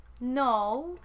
No